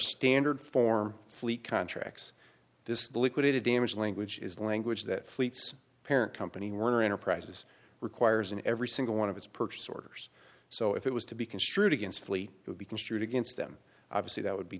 standard for fleet contracts this liquidated damages language is language that fleet's parent company warner enterprises requires in every single one of its purchase orders so if it was to be construed against flee it would be construed against them obviously that would be